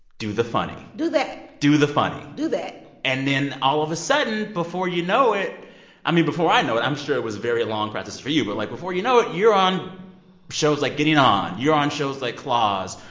do the funny do that do the funny do that and then all of a sudden, before you know it i mean, before i know it. i'm sure it was a very long process for you, but, like, before you know it, you're on shows like getting on. you're on shows like claws,